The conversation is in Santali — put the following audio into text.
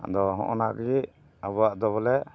ᱟᱫᱚ ᱦᱚᱸᱜᱼᱚ ᱱᱟ ᱜᱮ ᱟᱵᱚᱣᱟᱜ ᱫᱚ ᱵᱚᱞᱮ